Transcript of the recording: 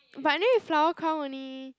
but anyway flower crown only